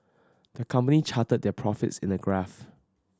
the company charted their profits in a graph